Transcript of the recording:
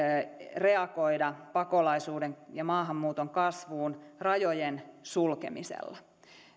reagoida pakolaisuuden ja maahanmuuton kasvuun rajojen sulkemisella